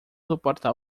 suportar